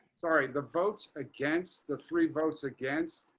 sorry, the votes against the three votes against.